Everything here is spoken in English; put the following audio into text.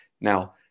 Now